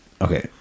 Okay